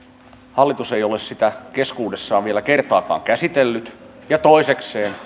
hallitus ei ole sitä keskuudessaan vielä kertaakaan käsitellyt ja toisekseen